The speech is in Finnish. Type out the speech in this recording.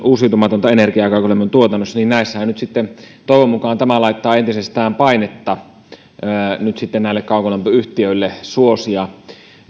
uusiutumatonta energiaa kaukolämmön tuotannossa nyt sitten toivon mukaan tämä laittaa entisestään painetta näille kaukolämpöyhtiöille suosia